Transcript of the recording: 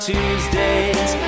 Tuesdays